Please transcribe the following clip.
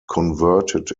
converted